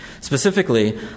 Specifically